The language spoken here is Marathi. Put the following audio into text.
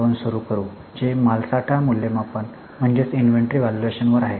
2 सुरू करू जे मालसाठा मूल्यमापन इन्व्हेंटरी व्हॅल्यूएशन वर आहे